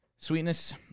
Sweetness